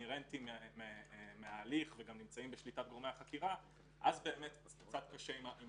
אינהרנטי מההליך ונמצאים בשליטת גורמי החקירה אז באמת קצת קשה גם עם